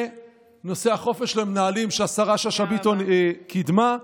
ונושא החופש למנהלים שהשרה שאשא ביטון קידמה,